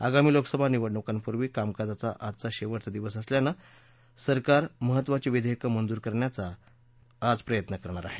आगामी लोकसभा निवडणुकींपूर्वी कामकाजाचा आजचा शेवटचा दिवस असल्यानं सरकार महत्त्वाची विधेयकं मंजूर करण्याचा आज प्रयत्न आहे